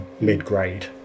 mid-grade